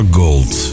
gold